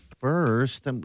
first